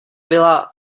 byla